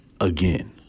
again